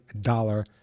dollar